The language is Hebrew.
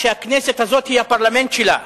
שהכנסת הזו היא הפרלמנט שלה,